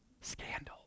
Scandal